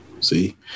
See